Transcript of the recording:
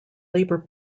labor